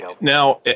Now